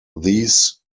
these